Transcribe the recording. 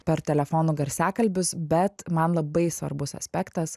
per telefono garsiakalbius bet man labai svarbus aspektas